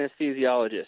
anesthesiologist